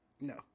No